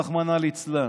רחמנא ליצלן.